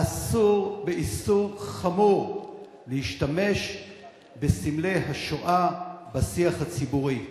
אסור באיסור חמור להשתמש בסמלי השואה בשיח הציבורי.